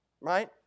right